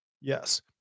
Yes